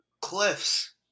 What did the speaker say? Cliffs